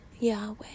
Yahweh